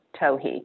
Tohi